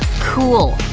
cool.